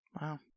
Wow